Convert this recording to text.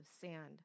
sand